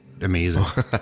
amazing